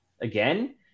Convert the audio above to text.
again